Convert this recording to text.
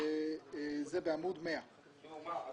אנחנו